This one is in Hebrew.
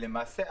למעשה,